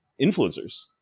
influencers